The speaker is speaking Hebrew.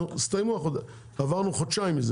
עברו חודשיים,